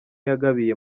yagabiye